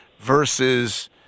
versus